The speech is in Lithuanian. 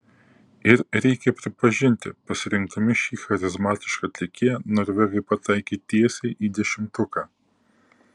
ir reikia pripažinti pasirinkdami šį charizmatišką atlikėją norvegai pataikė tiesiai į dešimtuką